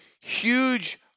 huge